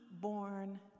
born